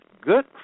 good